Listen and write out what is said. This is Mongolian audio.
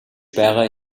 байгаа